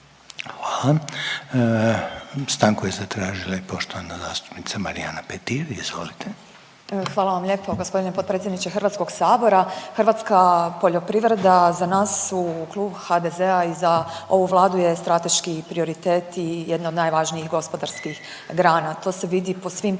Hvala. Stanku je zatražila i poštovana zastupnica Marijana Petir, izvolite. **Petir, Marijana (Nezavisni)** Hvala vam lijepo g. potpredsjedniče HS. Hrvatska poljoprivreda za nas u Klubu HDZ-a i za ovu Vladu je strateški prioritet i jedna od najvažnijih gospodarskih grana. To se vidi po svim potezima